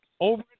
over